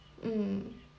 mm